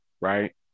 Right